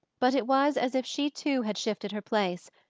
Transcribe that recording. but it was as if she too had shifted her place,